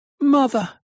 Mother